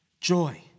joy